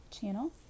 channel